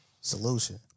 solution